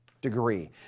degree